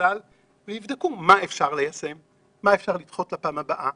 צה"ל ויבדקו מה אפשר ליישם ומה אפשר לדחות לפעם הבאה